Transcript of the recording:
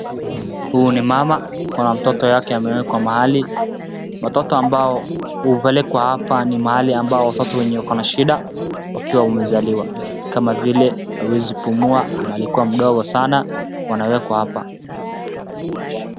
Huyu ni mama. Kuna mtoto wake amewekwa mahali. Watoto ambao hupelekwa hapa ni mahali ambapo watoto wenye wakona shida wakiwa wamezaliwa kama vile hawezi pumua ama alikuwa mdogo sana anawekwa hapa.